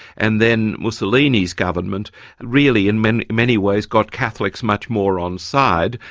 and then mussolini's government really in many many ways got catholics much more on side,